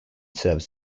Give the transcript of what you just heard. serves